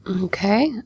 Okay